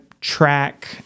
track